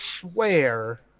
swear